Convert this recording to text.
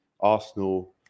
Arsenal